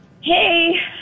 Hey